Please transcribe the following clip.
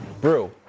Brew